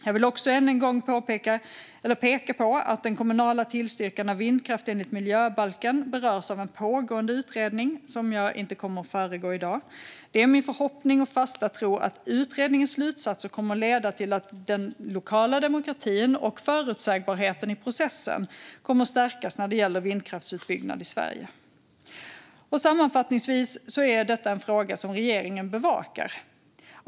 Jag vill också än en gång peka på att den kommunala tillstyrkan av vindkraft enligt miljöbalken berörs av en pågående utredning som jag inte kommer att föregripa i dag. Det är min förhoppning och fasta tro att utredningens slutsatser kommer att leda till att den lokala demokratin och förutsägbarheten i processen kommer att stärkas när det gäller vindkraftsutbyggnad i Sverige. Sammanfattningsvis är detta en fråga som regeringen bevakar.